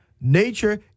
Nature